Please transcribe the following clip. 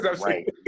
Right